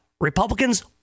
Republicans